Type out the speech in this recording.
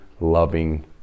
loving